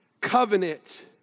covenant